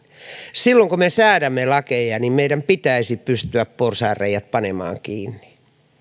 silloin kun me säädämme lakeja meidän pitäisi pystyä porsaanreiät panemaan kiinni